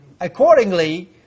Accordingly